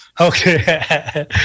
Okay